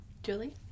Julie